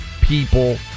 people